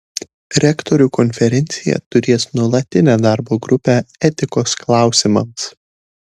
rektorių konferencija turės nuolatinę darbo grupę etikos klausimams